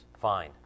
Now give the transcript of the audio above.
Fine